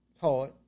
hard